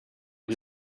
was